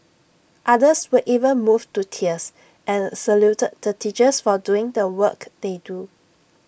others were even moved to tears and saluted the teachers for doing the work they do